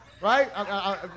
right